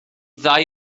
ddau